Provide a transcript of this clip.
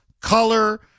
color